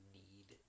need